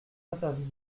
interdit